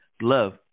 Love